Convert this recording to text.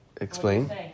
Explain